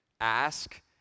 ask